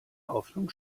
hoffnung